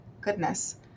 goodness